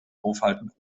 aufhalten